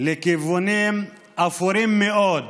לכיוונים אפורים מאוד